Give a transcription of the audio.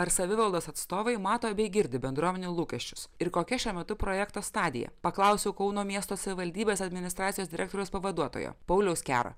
ar savivaldos atstovai mato bei girdi bendruomenių lūkesčius ir kokia šiuo metu projekto stadija paklausiau kauno miesto savivaldybės administracijos direktoriaus pavaduotojo pauliaus kero